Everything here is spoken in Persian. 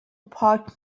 پارک